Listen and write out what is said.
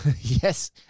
Yes